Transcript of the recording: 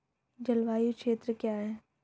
जलवायु क्षेत्र क्या है?